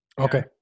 Okay